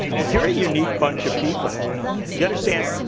you're a unique bunch of people. do you understand?